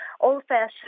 old-fashioned